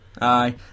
aye